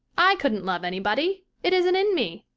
i couldn't love anybody. it isn't in me.